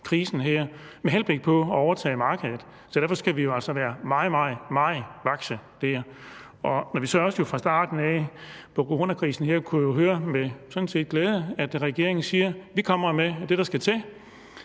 krisen her med henblik på at overtage markedet. Så derfor skal vi jo altså være meget, meget vakse her. Og når vi så fra starten af coronakrisen her kunne høre, sådan set med glæde, at regeringen siger, at man kommer med det, der skal til,